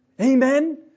Amen